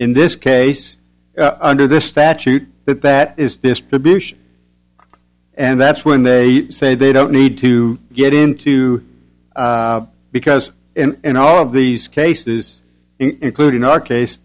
in this case under this statute that that is distribution and that's when they say they don't need to get into because in all of these cases including our case